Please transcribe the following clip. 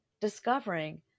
discovering